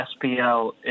SPL